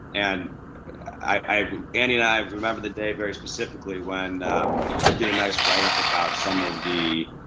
and i will andy and i remember the day very specifically when you did a nice write up about some of the